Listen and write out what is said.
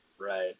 Right